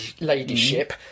ladyship